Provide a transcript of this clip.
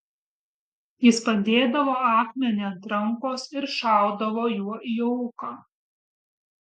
jis padėdavo akmenį ant rankos ir šaudavo juo į auką